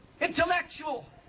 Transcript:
intellectual